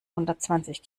hundertzwanzig